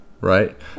right